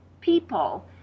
people